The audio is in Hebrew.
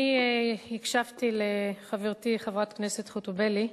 אני הקשבתי לחברתי חברת הכנסת חוטובלי.